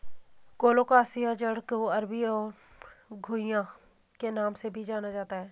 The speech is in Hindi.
कोलोकासिआ जड़ को अरबी और घुइआ के नाम से भी जाना जाता है